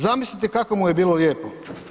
Zamislite kako mu je bilo lijepo.